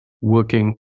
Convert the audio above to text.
working